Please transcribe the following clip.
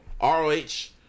R-O-H